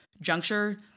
juncture